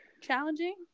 challenging